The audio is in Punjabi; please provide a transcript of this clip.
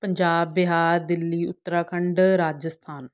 ਪੰਜਾਬ ਬਿਹਾਰ ਦਿੱਲੀ ਉੱਤਰਾਖੰਡ ਰਾਜਸਥਾਨ